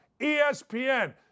ESPN